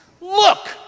look